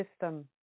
system